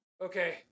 Okay